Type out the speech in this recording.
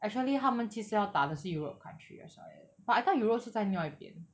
actually 他们其实要打的是 europe country that's why but I thought europe 是在另外一边